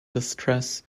distress